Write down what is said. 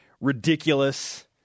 ridiculous